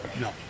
No